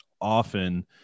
often